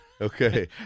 okay